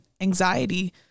anxiety